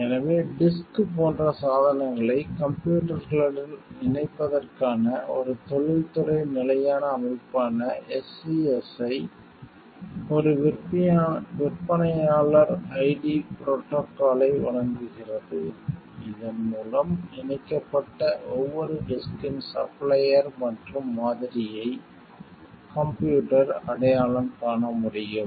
எனவே டிஸ்க் போன்ற சாதனங்களை கம்ப்யூட்டர்களுடன் இணைப்பதற்கான ஒரு தொழில்துறை நிலையான அமைப்பான SCSI ஒரு விற்பனையாளர் ஐடி ப்ரோடோக்காலை வழங்குகிறது இதன் மூலம் இணைக்கப்பட்ட ஒவ்வொரு டிஸ்க்கின் சப்ளையர் மற்றும் மாதிரியை கம்ப்யூட்டர் அடையாளம் காண முடியும்